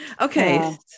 okay